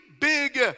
big